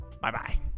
Bye-bye